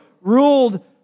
ruled